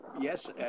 yes